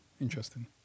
Interesting